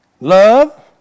Love